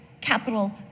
capital